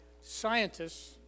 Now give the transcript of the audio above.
scientists